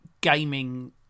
gaming